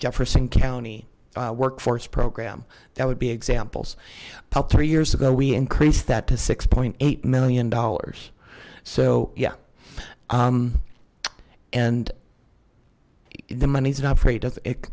jefferson county workforce program that would be examples about three years ago we increased that to six point eight million dollars so yeah and the money's not afraid of it